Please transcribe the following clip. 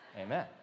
Amen